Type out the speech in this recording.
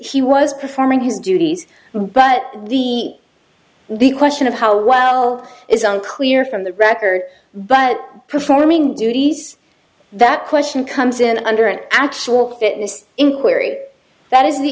was he was performing his duties but the the question of how well isn't clear from the record but performing duties that question comes in under an actual fitness inquiry that is the